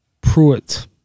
Pruitt